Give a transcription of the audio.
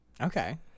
Okay